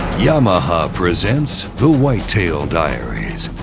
yamaha presents the whitetail diaries,